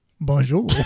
Bonjour